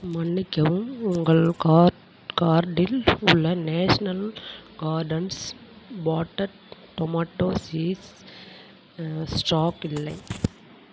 மன்னிக்கவும் உங்கள் கார் கார்ட்டில் உள்ள national gardens potted tomato seeds stock இல்லை